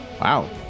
wow